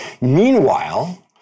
Meanwhile